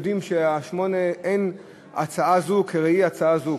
יודעים שבשמונה אין הצעה זו כראי הצעה זו.